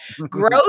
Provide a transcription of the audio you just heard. Growth